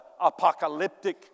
apocalyptic